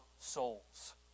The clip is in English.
souls